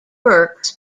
works